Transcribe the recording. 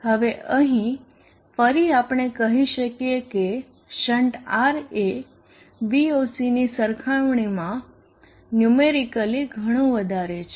હવે અહીં ફરી આપણે કહી શકીએ કે શન્ટ R એ Voc ની સરખામણીમાં ન્યુમેરીકલી ઘણું વધારે છે